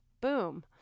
boom